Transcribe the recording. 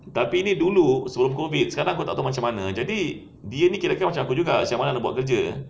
tapi ni dulu sebelum COVID jadi ni sekarang aku tak tahu macam mana jadi dia ni kirakan macam aku juga siang malam kena buat kerja